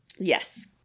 Yes